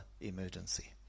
emergency